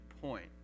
point